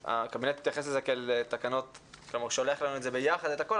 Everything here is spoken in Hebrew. הקבינט שולח לנו את זה ביחד את הכול,